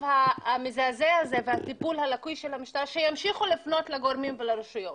המזעזע הזה והטיפול הלקוי של המשטרה שימשיכו לפנות לגורמים ולרשויות.